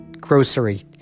grocery